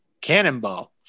cannonball